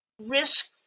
risk